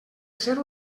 ser